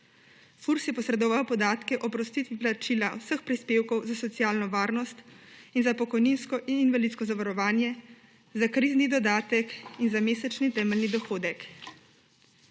Furs je posredoval podatke o oprostitvi plačila vseh prispevkov za socialno varnost in za pokojninsko in invalidsko zavarovanje, za krizni dodatek in za mesečni temeljni dohodek.